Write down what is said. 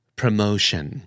promotion